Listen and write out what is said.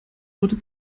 wurde